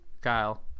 Kyle